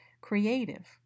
creative